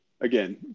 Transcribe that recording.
again